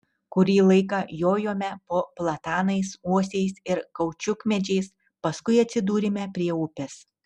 kurį laiką jojome po platanais uosiais ir kaučiukmedžiais paskui atsidūrėme prie upės